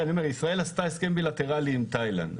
ישראל עשתה הסכם בילטרלי עם תאילנד.